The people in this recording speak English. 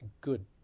good